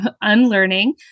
unlearning